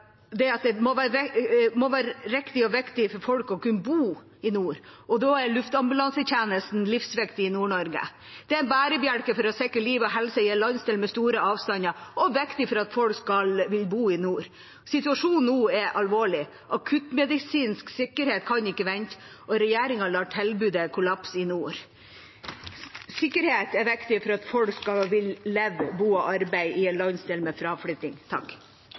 at det er viktig for folk å kunne bo i Nord-Norge, og da er luftambulansetjenesten livsviktig. Det er en bærebjelke for å sikre liv og helse i en landsdel med store avstander, og det er viktig for at folk skal ville bo i nord. Situasjonen nå er alvorlig. Akuttmedisinsk sikkerhet kan ikke vente, og regjeringa lar tilbudet i nord kollapse. Sikkerhet er viktig for at folk skal ville leve, bo og arbeide i en landsdel med fraflytting.